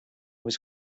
was